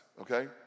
okay